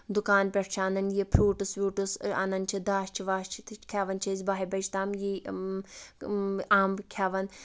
دُکان پٮ۪ٹھ چھِ اَنان یہِ فروٗٹٕس ووٗٹس اَنان چھِ دَچھ وَچھ تہٕ کھٮ۪وان چھِ أسۍ بہہِ بَجہِ تام یٖی امب کھٮ۪وان